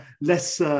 less